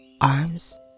arms